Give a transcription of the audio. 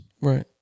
Right